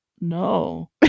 No